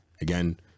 again